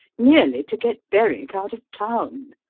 merely to get berwick out of town.